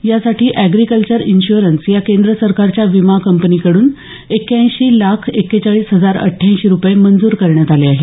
यासाठी agriculture insurance या केंद्र सरकारच्या विमा कंपनीकडून एक्क्याऐंशी लाख एक्केचाळीस हजार अट्ठ्याऐंशी रुपये मंजूर करण्यात आले आहेत